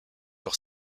leur